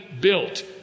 built